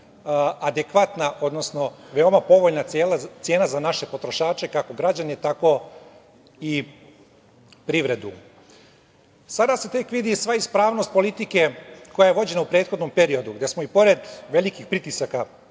adekvatna, odnosno veoma povoljna cena za naše potrošače, kako građane, tako i privredu. Sada se tek vidi sva ispravnost politike koja je vođena u prethodnom periodu gde smo, i pored velikih pritisaka